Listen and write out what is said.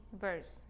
verse